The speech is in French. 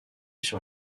sur